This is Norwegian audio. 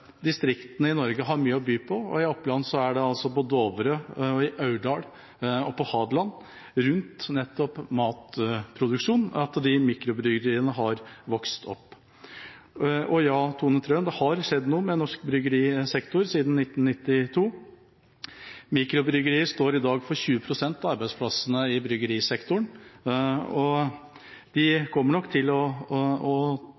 Distriktene i Norge har mye å by på, og i Oppland har disse mikrobryggerinene vokst fram – på Dovre, i Aurdal og på Hadeland – nettopp rundt matproduksjon. Og ja, Tone Wilhelmsen Trøen, det har skjedd noe med norsk bryggerisektor siden 1992. Mikrobryggerier står i dag for 20 pst. av arbeidsplassene i bryggerisektoren, og de kommer nok til å